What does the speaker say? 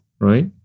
Right